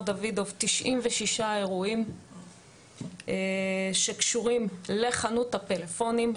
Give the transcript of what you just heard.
דוידוב 96 אירועים שקשורים לחנות הפלאפונים,